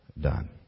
done